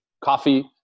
coffee